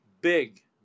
big